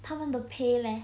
他们的 pay leh